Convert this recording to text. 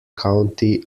county